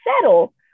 settle